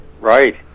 Right